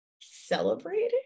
celebrating